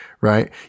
right